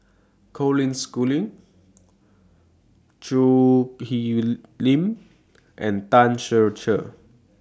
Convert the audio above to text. Colin Schooling Choo Hwee Lim and Tan Ser Cher